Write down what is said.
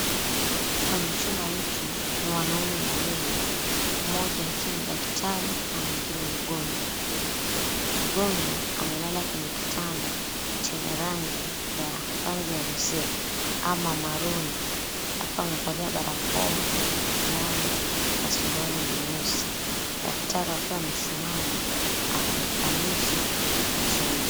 Kwenye chumba hiki ni wanaume wawili. Mmoja akiwa ni daktari na mwingine mgonjwa. Mgonjwa amelala kwenye kitanda chenye rangi ya mzee ama maroon akiwa amevalia barakoa, fulana na suruali nyeusi, daktari akiwa amesimama akimfanyisha mazoezi.